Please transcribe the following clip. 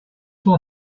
will